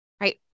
right